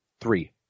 Three